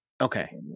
Okay